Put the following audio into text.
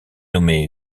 nommé